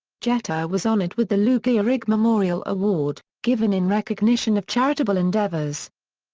jeter was honored with the lou gehrig memorial award, given in recognition of charitable endeavors.